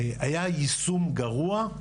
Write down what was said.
היה יישום גרוע,